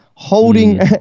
holding